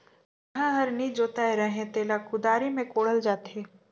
कोनहा हर नी जोताए रहें तेला कुदारी मे कोड़ल जाथे